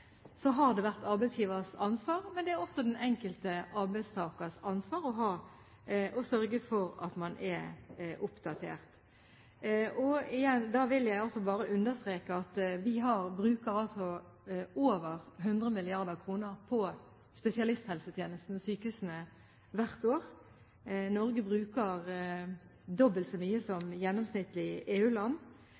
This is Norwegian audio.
har det vært arbeidsgivers ansvar. Men det er også den enkelte arbeidstakers ansvar å sørge for at man er oppdatert. Igjen vil jeg understreke at vi bruker over 100 mrd. kr på spesialisthelsetjenesten i sykehusene, hvert år. Norge bruker dobbelt så mye som